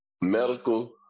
medical